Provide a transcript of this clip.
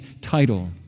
title